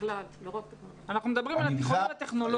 אנחנו מדברים על התיכונים הטכנולוגיים.